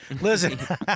Listen